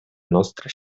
nostra